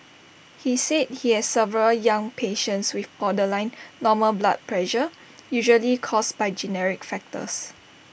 he said he has several young patients with borderline normal blood pressure usually caused by genetic factors